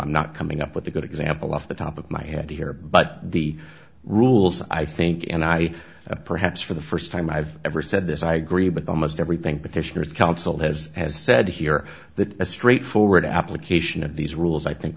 i'm not coming up with a good example off the top of my head here but the rules i think and i perhaps for the first time i've ever said this i agree but almost everything petitioners council has has said here that a straightforward application of these rules i think